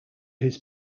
his